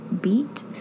beat